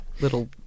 little